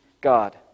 God